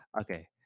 okay